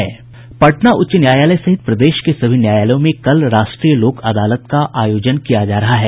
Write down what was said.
पटना उच्च न्यायालय सहित प्रदेश के सभी न्यायालयों में कल राष्ट्रीय लोक अदालत का आयोजन किया जा रहा है